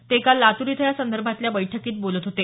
ते काल लातूर इथं यासंदर्भातल्या बैठकीत बोलत होते